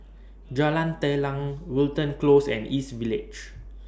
Jalan Telang Wilton Close and East Village